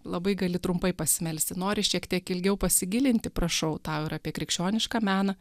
labai gali trumpai pasimelsti nori šiek tiek ilgiau pasigilinti prašau tau ir apie krikščionišką meną